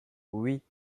oui